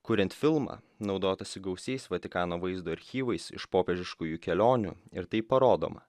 kuriant filmą naudotasi gausiais vatikano vaizdo archyvais iš popiežiškųjų kelionių ir taip parodoma